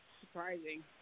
surprising